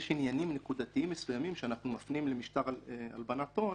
יש עניינים נקודתיים מסוימים שאנחנו מפנים למשטר הלבנת הון